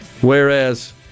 Whereas